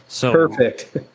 Perfect